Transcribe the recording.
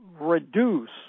reduce